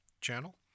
channel